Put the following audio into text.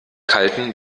kalten